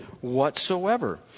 whatsoever